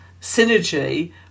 synergy